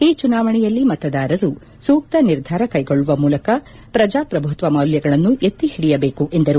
ಈ ಚುನಾವಣೆಯಲ್ಲಿ ಮತದಾರರು ಸೂಕ್ತ ನಿರ್ಧಾರ ಕೈಗೊಳ್ಳುವ ಮೂಲಕ ಪ್ರಜಾಪ್ರಭುತ್ವ ಮೌಲ್ಯಗಳನ್ನು ಎತ್ತಿ ಹಿಡಿಯಬೇಕು ಎಂದರು